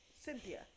Cynthia